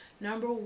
number